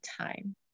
time